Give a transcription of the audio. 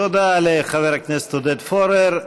תודה לחבר הכנסת עודד פורר.